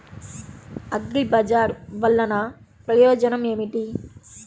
అగ్రిబజార్ వల్లన ప్రయోజనం ఏమిటీ?